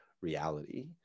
reality